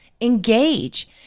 engage